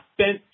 spent